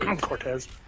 Cortez